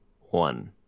one